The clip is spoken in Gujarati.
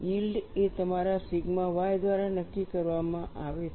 યીલ્ડ એ તમારા સિગ્મા y દ્વારા નક્કી કરવામાં આવે છે